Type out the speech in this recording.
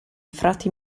frati